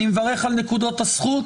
אני מברך על נקודות הזכות,